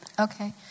Okay